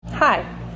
Hi